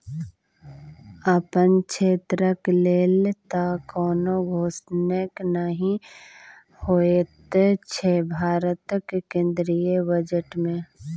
अपन क्षेत्रक लेल तँ कोनो घोषणे नहि होएत छै भारतक केंद्रीय बजट मे